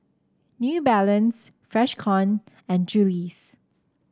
New Balance Freshkon and Julie's